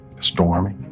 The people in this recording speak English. stormy